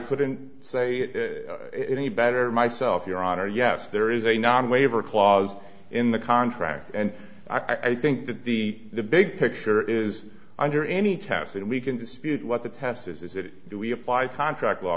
couldn't say it any better myself your honor yes there is a non waiver clause in the contract and i think that the the big picture is under any test and we can dispute what the test says is it do we have five contract law